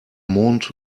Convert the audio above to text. mont